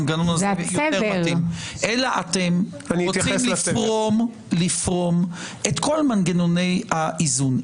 אלא אתם רוצים לפרום את כל מנגנוני האיזון.